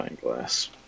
glass